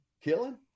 killing